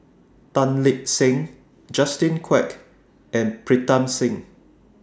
Tan Lip Seng Justin Quek and Pritam Singh